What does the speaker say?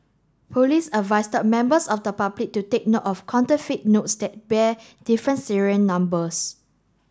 police advise members of the public to take note of counterfeit notes that bear different serial numbers